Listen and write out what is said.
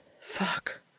Fuck